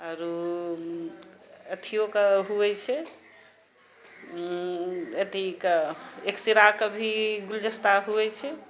आरू अथियोके हुवै छै अथीके एकसिराके भी गुलदस्ता हुवै छै